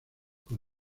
con